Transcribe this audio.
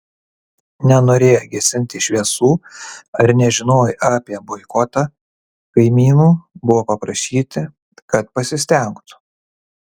nenorėję gesinti šviesų ar nežinoję apie boikotą kaimynų buvo paprašyti kad pasistengtų